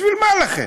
בשביל מה לכם?